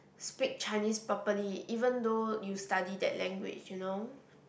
speak Chinese properly even though you study that language you know